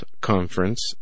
Conference